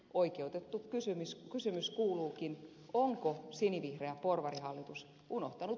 oikeutettu kysymys kuuluukin onko sinivihreä porvarihallitus unohtanut